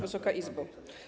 Wysoka Izbo!